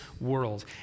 world